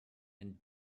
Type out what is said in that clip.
and